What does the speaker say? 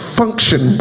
function